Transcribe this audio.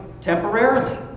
temporarily